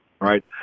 right